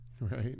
Right